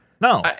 No